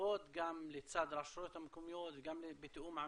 שיעבוד גם לצד הרשויות המקומיות וגם בתיאום עם